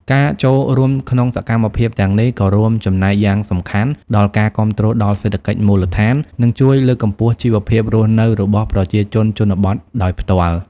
ការចូលរួមក្នុងសកម្មភាពទាំងនេះក៏រួមចំណែកយ៉ាងសំខាន់ដល់ការគាំទ្រដល់សេដ្ឋកិច្ចមូលដ្ឋាន និងជួយលើកកម្ពស់ជីវភាពរស់នៅរបស់ប្រជាជនជនបទដោយផ្ទាល់។